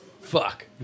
Fuck